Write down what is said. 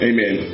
Amen